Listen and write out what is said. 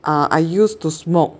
ah I used to smoke